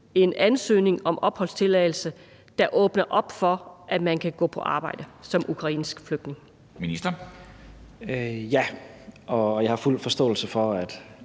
en ansøgning om opholdstilladelse, der åbner op for, at man kan gå på arbejde som ukrainsk flygtning? Kl. 14:01 Formanden (Henrik